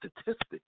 statistics